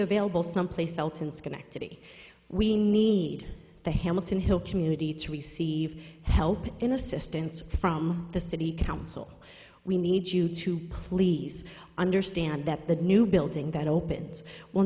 available someplace else in schenectady we need the hamilton hill community to receive help in assistance from the city council we need you to please understand that the new building that opens will